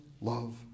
love